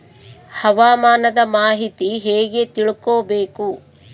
ಹವಾಮಾನದ ಮಾಹಿತಿ ಹೇಗೆ ತಿಳಕೊಬೇಕು?